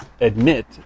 admit